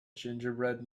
gingerbread